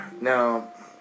no